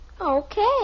Okay